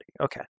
Okay